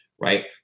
right